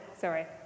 sorry